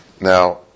Now